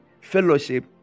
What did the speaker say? fellowship